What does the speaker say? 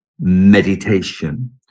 meditation